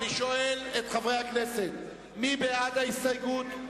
אני שואל את חברי הכנסת: מי בעד ההסתייגות?